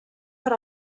per